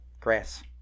Grass